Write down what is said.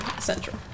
Central